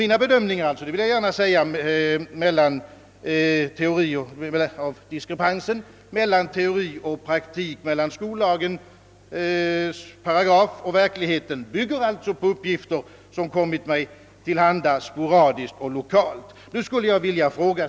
Mina bedömningar av diskrepansen mel lan teori och praktik, mellan skollagens paragraf 32 och verkligheten, bygger alltså på uppgifter — det vill jag gärna säga — som sporadiskt och 1okalt har kommit mig till handa.